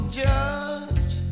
judge